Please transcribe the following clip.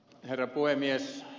herra puhemies